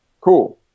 cool